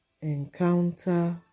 encounter